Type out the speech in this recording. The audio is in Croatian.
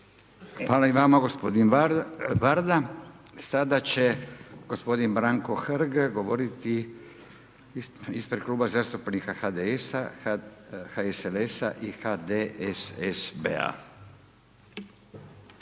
Hvala i vama g. Varda. Sada će g. Branko Hrg govoriti ispred Kluba zastupnika HDS-a, HSLS-a i HDSSB-a. **Hrg,